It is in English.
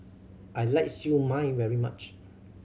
I like Siew Mai very much